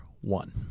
one